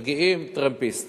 מגיעים טרמפיסטים,